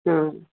ହଁ